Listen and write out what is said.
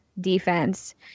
defense